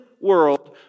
world